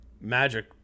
Magic